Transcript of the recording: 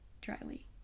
dryly